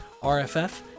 RFF